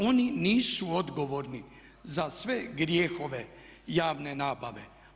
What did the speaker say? Oni nisu odgovorni za sve grijehe javne nabave.